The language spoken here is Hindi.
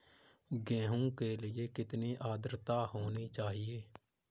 गेहूँ के लिए कितनी आद्रता होनी चाहिए?